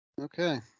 Okay